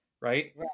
right